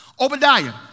Obadiah